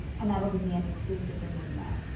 and that will give me an excuse to bring him back.